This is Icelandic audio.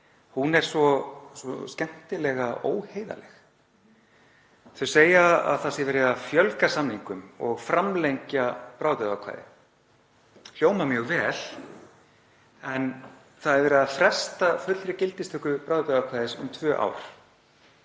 dag, er svo skemmtilega óheiðarleg. Þau segja að það sé verið að fjölga samningum og framlengja bráðabirgðaákvæði. Það hljómar mjög vel. En það er verið að fresta fullri gildistöku bráðabirgðaákvæðis um tvö ár.